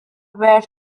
were